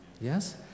Yes